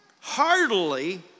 heartily